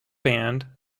band